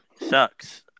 sucks